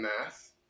math